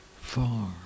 far